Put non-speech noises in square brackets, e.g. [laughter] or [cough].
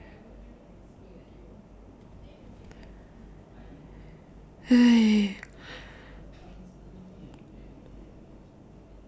[noise]